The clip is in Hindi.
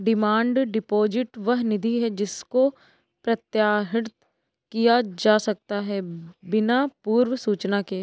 डिमांड डिपॉजिट वह निधि है जिसको प्रत्याहृत किया जा सकता है बिना पूर्व सूचना के